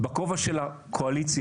בכובע של הקואליציה,